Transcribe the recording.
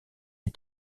les